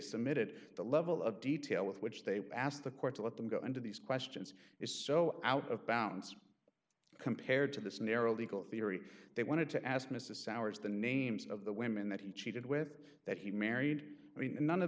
submitted the level of detail with which they asked the court to let them go under these questions is so out of bounds compared to this narrow legal theory they wanted to ask mrs souers the names of the women that he cheated with that he married i mean none of